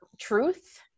truth